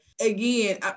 Again